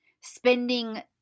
Spending